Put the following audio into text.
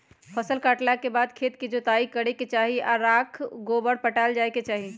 फसल काटला के बाद खेत के जोताइ करे के चाही आऽ राख गोबर पटायल जाय के चाही